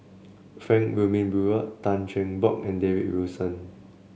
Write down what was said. Frank Wilmin Brewer Tan Cheng Bock and David Wilson